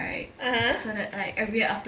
(uh huh)